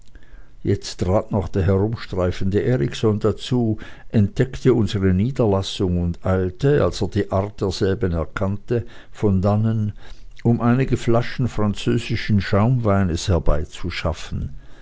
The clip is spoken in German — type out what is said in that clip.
jetzt trat noch der herumstreifende erikson herzu entdeckte unsere niederlassung und eilte als er die art derselben erkannte von dannen um einige flaschen französischen schaumweines herbeizuschaffen